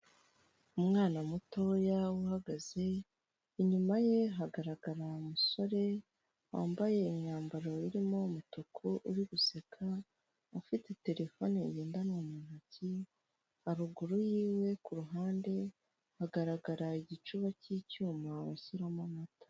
Umwana mutoya uhagaze, inyuma ye hagaragara umusore wambaye imyambaro irimo umutuku uri guseka, ufite terefone ngendanwa mu ntoki, haruguru yiwe ku ruhande hagaragara igicuba cy'icyuma bashyiramo amata.